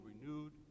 renewed